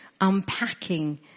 unpacking